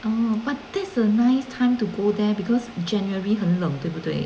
oh but this a nice time to go there because january 很冷对不对